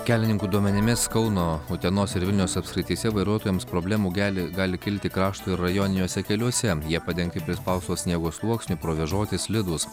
kelininkų duomenimis kauno utenos ir vilniaus apskrityse vairuotojams problemų geli gali kilti krašto ir rajoniniuose keliuose jie padengti prispausto sniego sluoksniu provėžoti slidūs